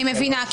אני מבינה,